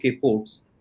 ports